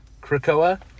krakoa